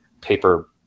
paper